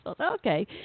Okay